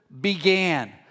began